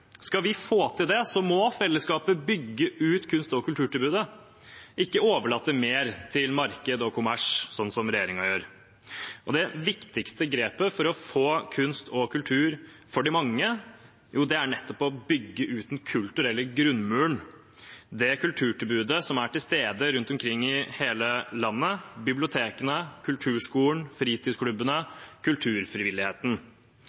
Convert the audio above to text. Skal vi få til det, må fellesskapet bygge ut kunst- og kulturtilbudet, ikke overlate mer til marked og kommers, slik som regjeringen gjør. Det viktigste grepet for å få kunst og kultur for de mange er nettopp å bygge ut den kulturelle grunnmuren – det kulturtilbudet som er til stede rundt omkring i hele landet, bibliotekene, kulturskolen,